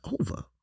over